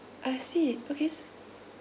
I see okay